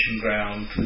ground